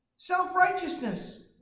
self-righteousness